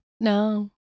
No